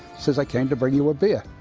said i came to bring you a beer.